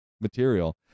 material